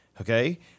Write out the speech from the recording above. Okay